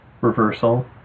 reversal